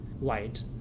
light